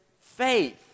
faith